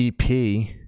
EP